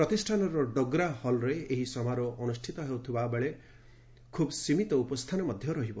ପ୍ରତିଷ୍ଠାନର ଡୋଗ୍ରା ହଲ୍ରେ ଏହି ସମାରୋହ ଅନୁଷ୍ଠିତ ହେଉଥିବାବେଳେ ଖୁବ୍ ସୀମିତ ଉପସ୍ଥାନ ରହିବ